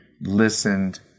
listened